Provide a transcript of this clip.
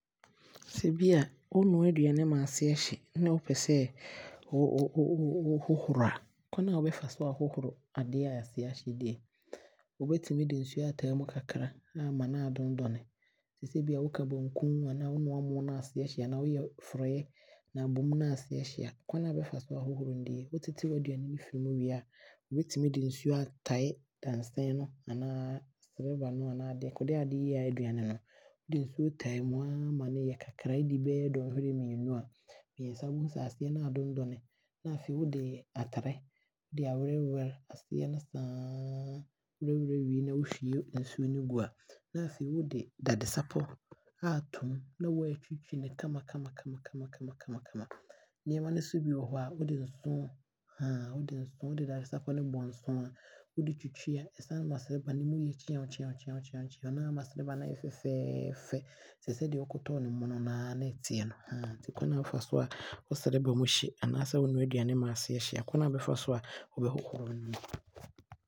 Sɛ bia wonoa aduane ma aseɛ hye a ne wopɛsɛ wo hohoro a, kwane a wobɛfa so aahohoro adeɛ a aseɛ aahye he die. Wobɛtumi de nsuo aatae mu kakra aa ma no adondɔne. Tesɛ bia woka banku anaa wonoa moo na aseɛ hye a,anaa woyɛ frɔeɛ na abɔm no ase hye a, kwane a wobɛfa so aahohoro die, wotete waaduane he firi mu wie a wobɛtumi de nsuo aatae dansɛne he mu anaa silver he anaa adekodeɛ a wode noaa aduane no, wode nsuo tae mu bɛyɛ sɛ dɔnhwere mmienu anaa deɛ ɛboro saa a wobɛhu sɛ aseɛ no aadondɔne na wode atere awerɛ werɛ aseɛ no saa, na wowie a na wahwie nsuo no agu mu Afei wode dadesapɔ aatom na waatwitwi no kama kama kama kama. Nneɛma no bi nso wɔ hɔ a wode nsuoo wode nsuoo, wode dadesapɔ he bɔ nsuoo a na wode twitwi a ɛsan ma silver no mu yɛ mono kyeaw kyeaw na aama silver no aayɛ fɛfɛɛfɛ tesɛ nea wokɔtɔɔ no mono he aa na ɔteɛ he Nti kwane a wobɛfa so a wo silver mu hye anaasɛ wonoa aduane ma aseɛ hye a kwane a wobɛfa so a wobɛhohoro ne no.